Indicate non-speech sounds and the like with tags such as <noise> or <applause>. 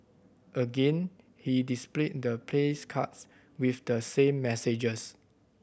again he displayed the <unintelligible> with the same messages